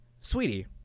Sweetie